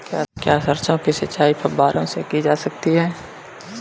क्या सरसों की सिंचाई फुब्बारों से की जा सकती है?